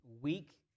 week